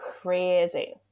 crazy